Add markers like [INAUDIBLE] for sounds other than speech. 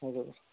[UNINTELLIGIBLE]